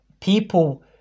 people